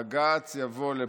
בג"ץ יבוא לפה.